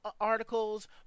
articles